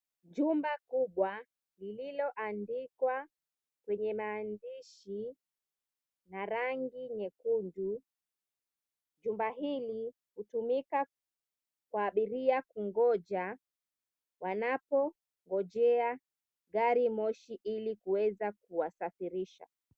Jumba kubwa lililoandikwa kwenye maandishi ya rangi nyekundu, jumba hili hutumika kwa abiria kungoja wanapongojea gari moshi 𝑖li kuweza kuwasafirisha.